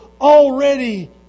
already